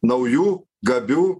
naujų gabių